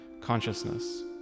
consciousness